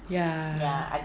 ya